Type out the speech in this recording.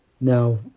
now